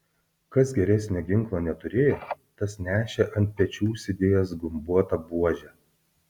kas geresnio ginklo neturėjo tas nešė ant pečių užsidėjęs gumbuotą buožę